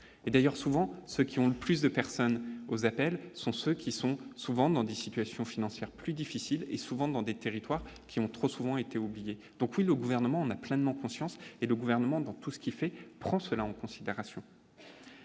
d'ailleurs souvent ceux qui ont le plus de personnes aux appels sont ceux qui sont souvent dans des situations financières plus difficiles et souvent dans des territoires qui ont trop souvent été oubliées donc si le gouvernement en a pleinement conscience et le gouvernement dans tout ce qui fait prendre cela en considération.